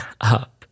up